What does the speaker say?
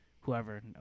whoever